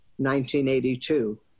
1982